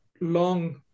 long